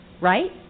right